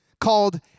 called